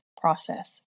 process